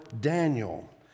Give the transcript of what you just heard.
Daniel